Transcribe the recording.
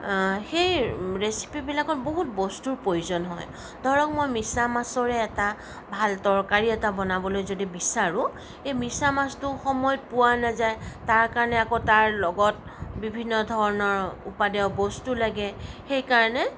সেই ৰেচিপিবিলাকত বহুত বস্তুৰ প্ৰয়োজন হয় ধৰক মই মিছা মাছৰে এটা ভাল তৰকাৰী এটা বনাবলৈ যদি বিচাৰোঁ এই মিছামাছটো সময়ত পোৱা নাযায় তাৰ কাৰণে আকৌ তাৰ লগত বিভিন্ন ধৰণৰ উপাদেয় বস্তু লাগে সেইকাৰণে